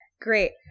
great